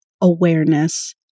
awareness